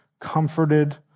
comforted